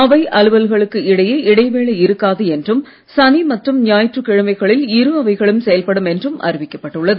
அவை அலுவல்களுக்கு இடையே இடைவேளை இருக்காது என்றும் சனி மற்றும் ஞாயிற்றுக் கிழமைகளில் இரு அவைகளும் செயல்படும் என்றும் அறிவிக்கப்பட்டுள்ளது